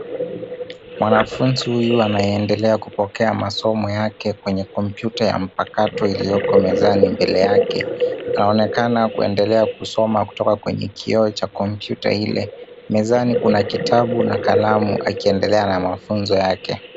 Mwanafunzi huyu anayeendelea kupokea masomo yake kwenye kompyuta ya mpakato iliyoko mezani mbele yake. Anaonekana kuendelea kusoma kutoka kwenye kioo cha kompyuta ile. Mezani kuna kitabu na kalamu akiendelea na mafunzo yake.